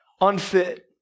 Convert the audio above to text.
unfit